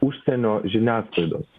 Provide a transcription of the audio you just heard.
užsienio žiniasklaidos